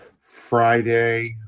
Friday